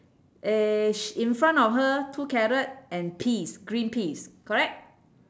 eh sh~ in front of her two carrot and peas green peas correct